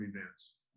events